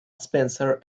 spencer